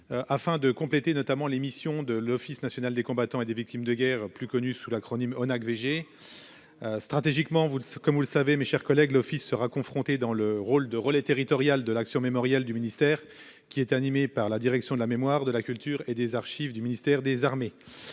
Afin de compléter notamment l'émission de l'Office national des combattants et des victimes de guerre, plus connu sous l'acronyme ONAC VG. Stratégiquement, vous comme vous le savez, mes chers collègues, l'Office sera confrontée dans le rôle de relais territorial de l'action mémorial du ministère qui était animé par la direction de la mémoire de la culture et des archives du ministère des Armées.